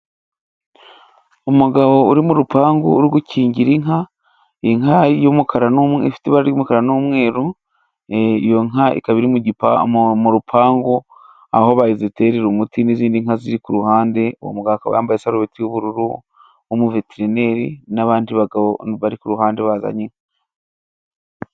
Umugabo uri mu rupangu uri gukingira inka. Inka y'umukara n'umweru ifite ibara ry'umukara n'umweru. Iyo nka ikaba iri mu rupangu, aho baziterera umuti. N'izindi nka ziri ku ruhande, uwo mugabo yambaye isarubeti y'ubururu w'umuveterineri, n'abandi bagabo bari ku ruhande bazanye inka.